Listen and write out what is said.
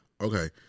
Okay